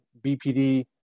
BPD